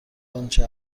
آنچه